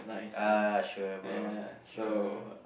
uh sure bro sure